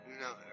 No